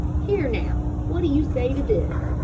here, now, what do you say to this?